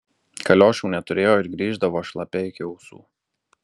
kaliošų neturėjo ir grįždavo šlapia iki ausų